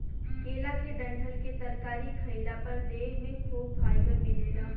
केला के डंठल के तरकारी खइला पर देह में खूब फाइबर मिलेला